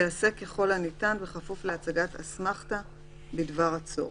תיעשה, ככל הניתן, בכפוף להצגת אסמכתא בדבר הצורך.